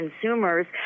consumers